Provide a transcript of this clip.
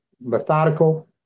methodical